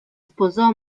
sposò